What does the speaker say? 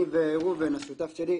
אני וראובן השותף שלי,